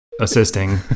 assisting